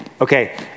Okay